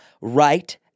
right